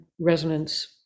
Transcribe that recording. resonance